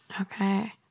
Okay